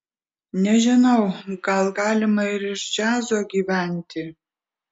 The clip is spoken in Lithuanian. nežinau gal galima ir iš džiazo gyventi